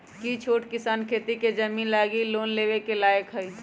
कि छोट किसान खेती के जमीन लागी लोन लेवे के लायक हई?